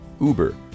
Uber